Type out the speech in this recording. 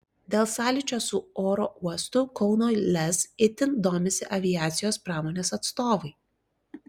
dėl sąlyčio su oro uostu kauno lez itin domisi aviacijos pramonės atstovai